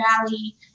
Valley